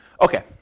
Okay